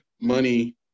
money